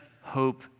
hope